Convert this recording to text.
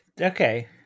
Okay